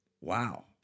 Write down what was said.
wow